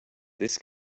this